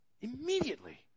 Immediately